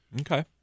Okay